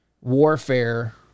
warfare